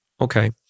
Okay